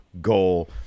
goal